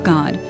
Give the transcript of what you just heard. God